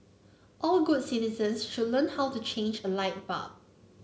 all good citizens should learn how to change a light bulb